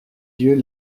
yeux